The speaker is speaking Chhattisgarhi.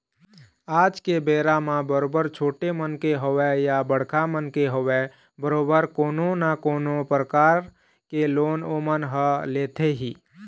आज के बेरा म बरोबर छोटे मनखे होवय या बड़का मनखे होवय बरोबर कोनो न कोनो परकार के लोन ओमन ह लेथे ही